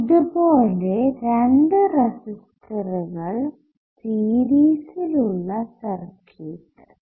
ഇതുപോലെ രണ്ടു റെസിസ്റ്ററുകൾസീരിസിൽ ഉള്ള സർക്യൂട്ട്